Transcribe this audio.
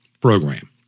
program